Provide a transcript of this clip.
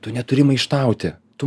tu neturi maištauti tu